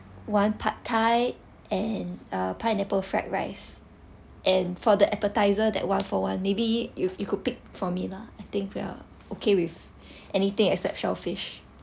one pad thai and uh pineapple fried rice and for the appetizer that one for one maybe you you could pick for me lah I think we are okay with anything except shellfish